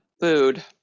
food